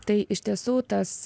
tai iš tiesų tas